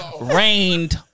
Rained